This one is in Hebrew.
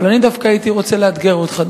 אבל אני הייתי רוצה לאתגר אותך,